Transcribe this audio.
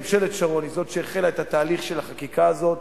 ממשלת שרון היא זאת שהחלה את תהליך החקיקה הזה.